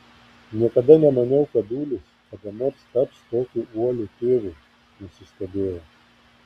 niekada nemaniau kad ulis kada nors taps tokiu uoliu tėvu nusistebėjau